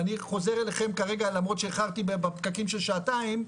ואני חוזר אליכם כרגע למרות שאיחרתי בפקקים של שעתיים,